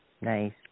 Nice